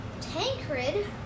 Tancred